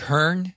Turn